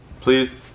please